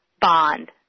bond